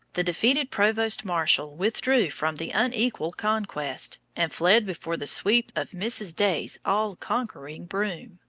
the defeated provost-marshal withdrew from the unequal conquest, and fled before the sweep of mrs. day's all-conquering broom!